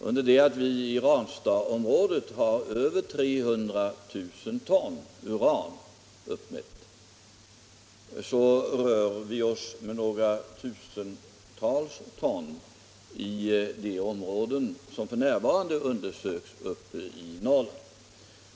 Under det att man i Ranstadsområdet har uppmätt en förekomst av 300 000 ton uran rör vi oss med några tusental ton i de områden som f. n. undersöks uppe i Norrland.